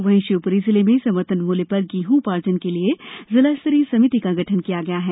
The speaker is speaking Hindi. वहीं शिवपुरी जिले में समर्थन मूल्य पर गेहूं उपार्जन के लिए जिला स्तरीय समिति का गठन किया गया है